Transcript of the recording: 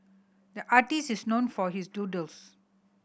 the artist is known for his doodles